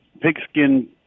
Pigskin